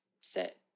sit